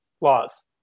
laws